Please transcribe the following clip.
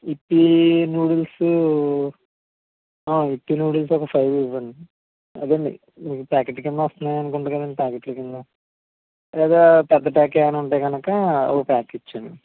Yippee noodles yippee noodles ఒక five ఇవ్వండి అదే అండి ప్యాకెట్ కింద వస్తున్నాయ్ అనుకుంటా కదండీ ప్యాకెట్ల కింద లేదా పెద్ద ప్యాక్ ఏవైనా ఉంటే కనుక ఒక ప్యాక్ ఇచ్చేయండి